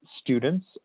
students